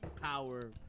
power